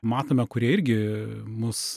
matome kurie irgi mus